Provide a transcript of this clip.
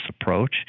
approach